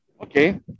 Okay